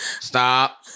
stop